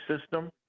system